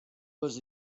was